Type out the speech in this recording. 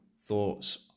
thoughts